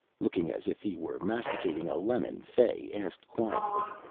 looking as if he were masticating a lemon, fay asked quietly,